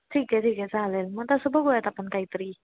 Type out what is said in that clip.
ठीक आहे ठीक आहे चालेल मग तसं बघूयात आपण काही तरी